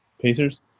Pacers